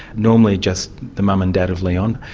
normally just the mum and dad of leon.